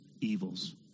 evils